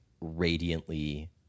radiantly